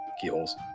keyholes